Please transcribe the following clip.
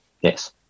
yes